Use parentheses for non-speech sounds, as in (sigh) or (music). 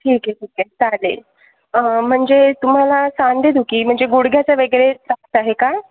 ठीक आहे ठीक आहे चालेल म्हणजे तुम्हाला सांधेदुखी म्हणजे गुडघ्याचा वगैरे (unintelligible) आहे का